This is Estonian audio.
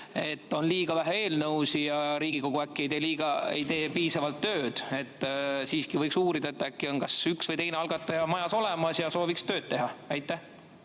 on liiga vähe eelnõusid ja äkki Riigikogu ei tee piisavalt tööd. Siiski võiks uurida, kas äkki on üks või teine algataja majas olemas ja sooviks tööd teha. Aitäh,